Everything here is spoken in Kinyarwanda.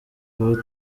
ubu